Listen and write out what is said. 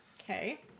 Okay